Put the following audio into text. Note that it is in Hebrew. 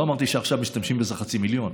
לא אמרתי שעכשיו משתמשים בזה חצי מיליון.